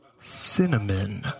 cinnamon